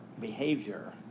behavior